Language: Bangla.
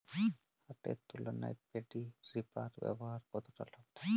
হাতের তুলনায় পেডি রিপার ব্যবহার কতটা লাভদায়ক?